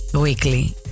Weekly